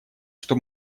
что